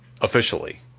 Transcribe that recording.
officially